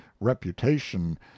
reputation